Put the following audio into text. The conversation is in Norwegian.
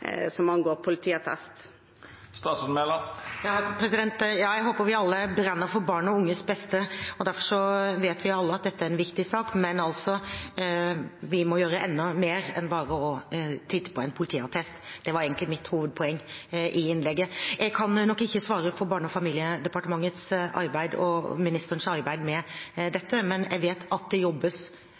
som angår politiattest? Jeg håper vi alle brenner for barn og unges beste. Derfor vet vi alle at dette er en viktig sak, men vi må gjøre enda mer enn bare å titte på en politiattest. Det var egentlig mitt hovedpoeng i innlegget. Jeg kan nok ikke svare for Barne- og familiedepartementet og ministerens arbeid med dette, men jeg vet at det nå jobbes